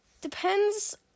Depends